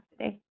today